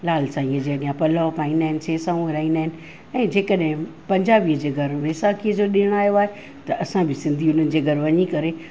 लालसाईंअ जे अॻियां पलव पाईंदा आहिनि सेसाऊं विरहाईंदा आहिनि ऐं जेकॾहिं पंजाबी जे घरु वेसाखीअ जो ॾिणु आयो आहे त असां बि सिंधी हुननि जे घरु वञी करे